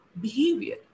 behavior